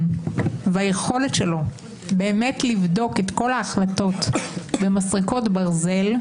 והיכולת שלו לבדוק את כל ההחלטות במסרקות ברזל,